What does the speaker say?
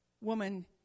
woman